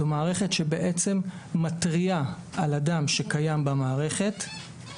זו מערכת שבעצם מתריעה על אדם שקיים במערכת,